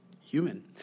human